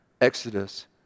exodus